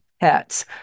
pets